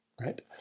right